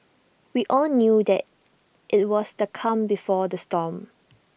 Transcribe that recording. we all knew that IT was the calm before the storm